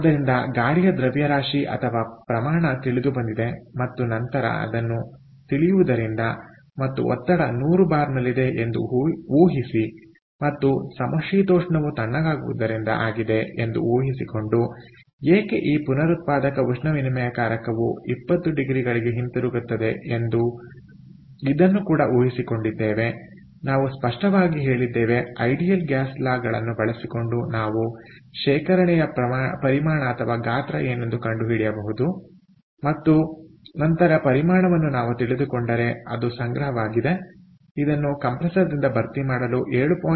ಆದ್ದರಿಂದ ಗಾಳಿಯ ದ್ರವ್ಯರಾಶಿಪ್ರಮಾಣ ತಿಳಿದುಬಂದಿದೆ ಮತ್ತು ನಂತರ ಅದನ್ನು ತಿಳಿಯುವುದರಿಂದ ಮತ್ತು ಒತ್ತಡ 100 ಬಾರ್ನಲ್ಲಿದೆ ಎಂದು ಊಹಿಸಿ ಮತ್ತು ಸಮಶೀತೋಷ್ಣವು ತಣ್ಣಗಾಗುವುದರಿಂದ ಆಗಿದೆ ಎಂದು ಊಹಿಸಿಕೊಂಡುಏಕೆ ಈ ಪುನರುತ್ಪಾದಕ ಉಷ್ಣವಿನಿಮಯಕಾರಕವು 20 ಡಿಗ್ರಿಗಳಿಗೆ ಹಿಂತಿರುಗುತ್ತದೆ ಎಂದು ಇದನ್ನು ಕೂಡ ಊಹಿಸಿಕೊಂಡಿದ್ದೇವೆ ನಾವು ಸ್ಪಷ್ಟವಾಗಿ ಹೇಳಿದ್ದೇವೆ ಐಡಿಯಲ್ ಗ್ಯಾಸ್ ಲಾಗಳನ್ನು ಬಳಸಿಕೊಂಡು ನಾವು ಶೇಖರಣೆಯ ಪರಿಮಾಣಗಾತ್ರ ಏನೆಂದು ಕಂಡು ಹಿಡಿಯಬಹುದು ಮತ್ತು ನಂತರ ಪರಿಮಾಣವನ್ನು ನಾವು ತಿಳಿದುಕೊಂಡರೆಇದು ಸಂಗ್ರಹವಾಗಿದೆ ಇದನ್ನು ಕಂಪ್ರೆಸರ್ದಿಂದ ಭರ್ತಿ ಮಾಡಲು 7